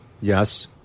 Yes